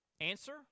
Answer